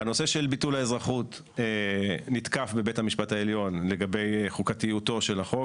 הנושא של ביטול האזרחות נתקף בבית המשפט העליון לגבי חוקתיותו של החוק,